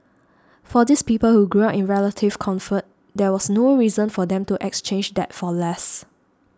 for these people who grew up in relative comfort there was no reason for them to exchange that for less